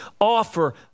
offer